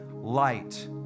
Light